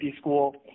school